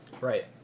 Right